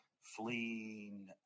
fleeing